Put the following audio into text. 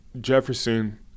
Jefferson